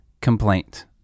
complaint